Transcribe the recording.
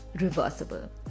reversible